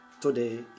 today